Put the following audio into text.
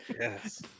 Yes